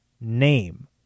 name